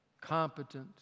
competent